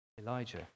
Elijah